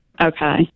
Okay